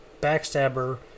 Backstabber